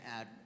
add